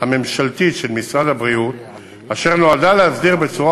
הממשלתית של משרד הבריאות אשר נועדה להסדיר בצורה